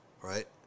right